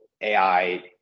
AI